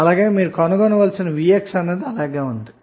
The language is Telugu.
ఆపై మనం కనుక్కోవలసిన vxఅలాగే ఉంది